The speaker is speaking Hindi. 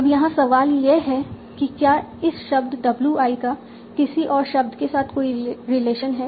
अब यहाँ सवाल यह है कि क्या इस शब्द w i का किसी और शब्द के साथ कोई रिलेशन है